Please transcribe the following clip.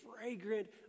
fragrant